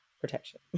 protection